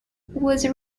was